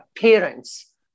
parents